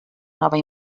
nova